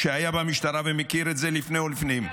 שהיה במשטרה ומכיר את זה לפני ולפנים,